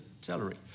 salary